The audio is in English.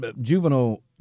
juvenile